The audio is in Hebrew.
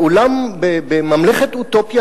בממלכת אוטופיה,